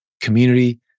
community